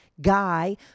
guy